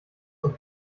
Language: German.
und